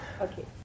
okay